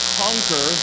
conquer